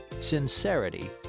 sincerity